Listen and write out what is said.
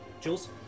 Jules